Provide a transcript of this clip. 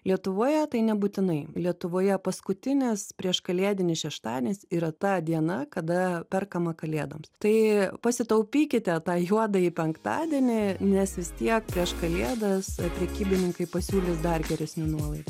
lietuvoje tai nebūtinai lietuvoje paskutinis prieškalėdinis šeštadienis yra ta diena kada perkama kalėdoms tai pasitaupykite tą juodąjį penktadienį nes vis tiek prieš kalėdas prekybininkai pasiūlys dar geresnių nuolaidų